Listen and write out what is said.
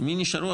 מי נשארו?